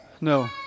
No